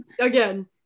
again